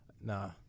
Nah